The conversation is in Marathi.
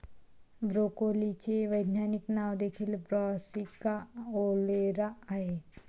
ब्रोकोलीचे वैज्ञानिक नाव देखील ब्रासिका ओलेरा आहे